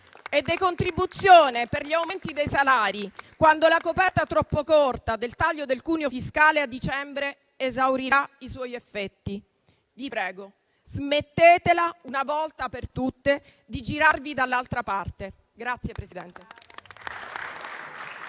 e decontribuzione per gli aumenti dei salari, quando la coperta troppo corta del taglio del cuneo fiscale a dicembre esaurirà i suoi effetti. Vi prego: smettetela una volta per tutte di girarvi dall'altra parte.